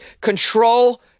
Control